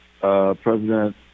President